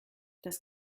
das